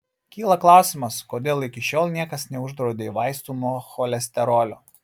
kyla klausimas kodėl iki šiol niekas neuždraudė vaistų nuo cholesterolio